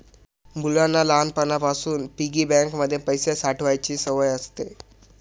मुलांना लहानपणापासून piggy bank मध्ये पैसे साठवायची सवय असते